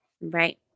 Right